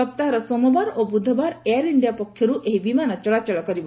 ସପ୍ତାହର ସୋମବାର ଓ ବୁଧବାର ଏୟାରଇଣ୍ଡିଆ ପକ୍ଷର୍ଠ ଏହି ବିମାନ ଚଳାଚଳ କରିବ